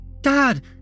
Dad